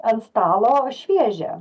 ant stalo šviežią